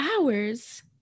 hours